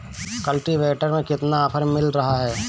Cultivator में कितना offer मिल रहा है?